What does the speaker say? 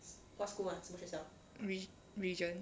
re~ regent